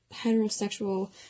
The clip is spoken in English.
heterosexual